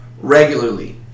regularly